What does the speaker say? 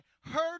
heard